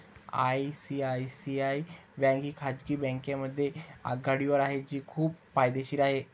ICICI bank ही खाजगी बँकांमध्ये आघाडीवर आहे जी खूप फायदेशीर आहे